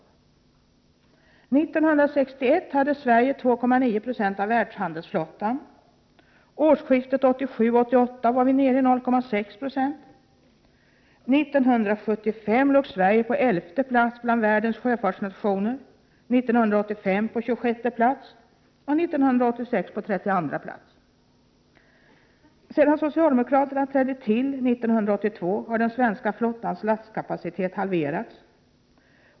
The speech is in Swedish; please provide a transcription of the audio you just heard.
1961 hade Sverige 2,9 20 av världshandelsflottan. Vid årsskiftet 1987-1988 var Sverige nere i 0,6 90. 1975 låg Sverige på 11:e plats bland världens sjöfartsnationer, 1985 på 26:e plats och 1986 på 32:a plats. Sedan socialdemokraterna trädde till i regeringsställning 1982 har den svenska flottans lastkapacitet halverats.